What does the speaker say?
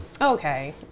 Okay